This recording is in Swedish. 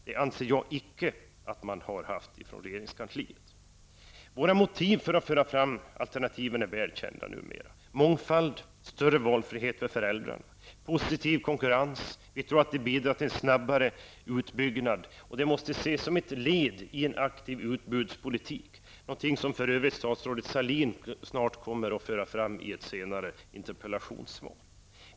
Det anser jag att man icke har haft i regeringskansliet. Våra motiv för att föra fram alternativen är välkända numera. Mångfald, större valfrihet för föräldrarna och positiv konkurrens tror vi bidrar till en snabbare utbyggnad. Det måste ses som ett led i en aktiv utbudspolitik. Detta är för övrigt någonting som statsrådet Sahlin snart kommer att föra fram i ett senare interpellationssvar.